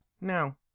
No